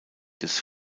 des